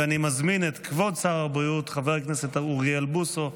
אני מזמין לדוכן את כבוד שר הבריאות חבר הכנסת אוריאל בוסו.